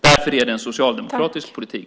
Därför är det socialdemokratisk politik.